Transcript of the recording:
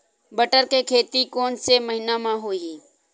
बटर के खेती कोन से महिना म होही?